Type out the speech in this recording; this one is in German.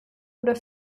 oder